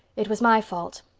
it was my fault.